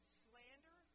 slander